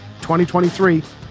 2023